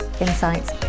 insights